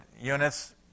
units